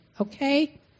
Okay